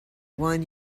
one